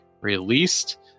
released